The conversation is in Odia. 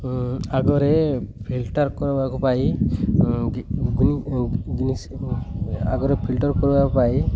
ଆଗରେ ଫିଲ୍ଟର କରିବାକୁ ପାଇଁ ଗିନି ଆଗରେ ଫିଲ୍ଟର କରିବା ପାଇଁ